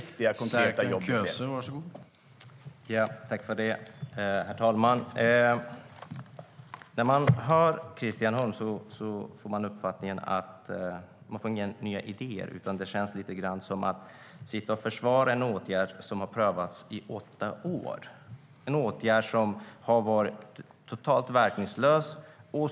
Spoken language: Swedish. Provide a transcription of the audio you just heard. Herr talman! När man hör på Christian Holm får man uppfattningen att det inte finns några nya idéer. Det känns lite grann som om han försvarar en åtgärd som har prövats i åtta år, en åtgärd som har varit totalt verkningslös.